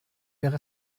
wäre